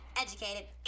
educated